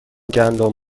گندم